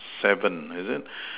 seven is it